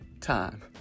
time